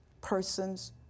persons